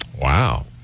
Wow